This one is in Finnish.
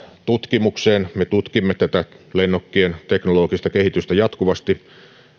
tutkimukseen me tutkimme tätä lennokkien teknologista kehitystä jatkuvasti